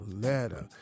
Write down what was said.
letter